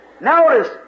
Notice